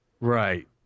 Right